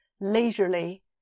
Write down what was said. leisurely